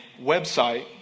website